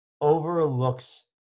overlooks